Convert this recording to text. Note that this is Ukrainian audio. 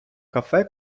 кафе